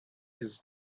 his